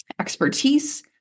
expertise